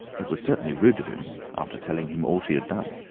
it was certainly rude of him, after telling him all she had done.